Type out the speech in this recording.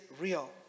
real